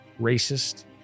racist